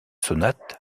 sonate